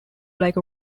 like